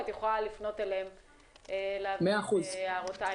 ואת יכולה לפנות אליהם להעיר את הערותייך.